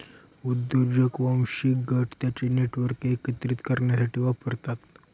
उद्योजक वांशिक गट त्यांचे नेटवर्क एकत्रित करण्यासाठी वापरतात